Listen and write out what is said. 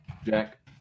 Jack